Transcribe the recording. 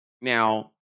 Now